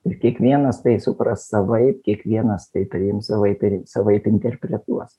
ir kiekvienas tai supras savaip kiekvienas tai priims savaip ir savaip interpretuos